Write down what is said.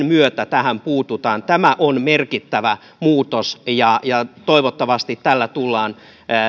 myötä tähän puututaan tämä on merkittävä muutos ja ja toivottavasti tällä tullaan